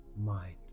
mind